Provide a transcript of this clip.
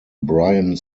brian